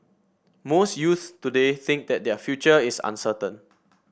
most youths today think that their future is uncertain